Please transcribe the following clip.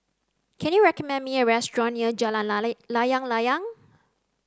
can you recommend me a restaurant near Jalan Layang Layang